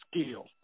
skill